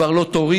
כבר לא תוריד.